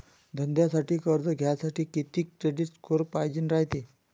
धंद्यासाठी कर्ज घ्यासाठी कितीक क्रेडिट स्कोर पायजेन रायते?